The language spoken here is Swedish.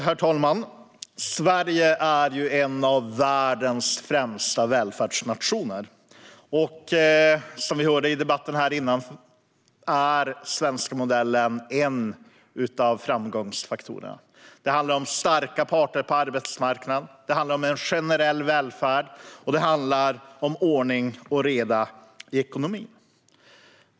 Herr talman! Sverige är en av världens främsta välfärdsnationer. Som vi hörde i den föregående debatten är den svenska modellen en av framgångsfaktorerna. Det handlar om starka parter på arbetsmarknaden, en generell välfärd och ordning och reda i ekonomin.